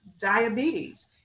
diabetes